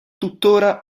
tuttora